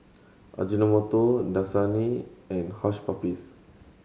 Ajinomoto Dasani and Hush Puppies